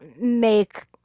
make